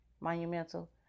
Monumental